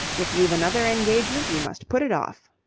if you've another engagement you must put it off.